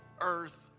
earth